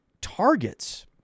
targets